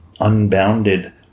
unbounded